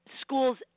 schools